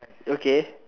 okay